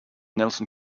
nelson